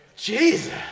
Jesus